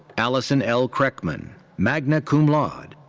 alison l. kreckmann, magna cum laude.